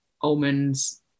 almonds